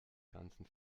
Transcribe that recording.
ganzen